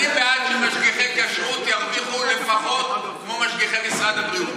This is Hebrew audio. אני בעד שמשגיחי כשרות ירוויחו לפחות כמו משגיחי משרד הבריאות,